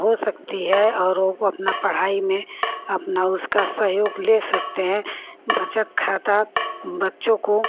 हो सकती है और वह अपनी पढ़ाई में अपना उसका सहयोग ले सकते हैं बचत खाता बच्चों को